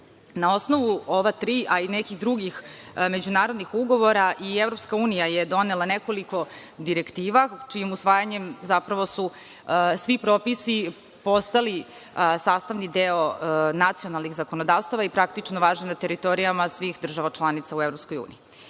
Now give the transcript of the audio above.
Na osnovu ova tri, a i nekih drugih međunarodnih ugovora, i EU je donela nekoliko direktiva, čijim usvajanjem zapravo su svi propisi postali sastavni deo nacionalnih zakonodavstava i praktično važe na teritorijama svih država članica u EU.Poslednjih